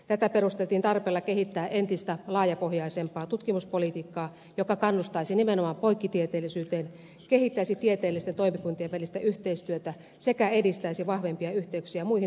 tätä perusteltiin tarpeella kehittää entistä laajapohjaisempaa tutkimuspolitiikkaa joka kannustaisi nimenomaan poikkitieteellisyyteen kehittäisi tieteellisten toimikuntien välistä yhteistyötä sekä edistäisi vahvempia yhteyksiä muihin tutkimusorganisaatioihin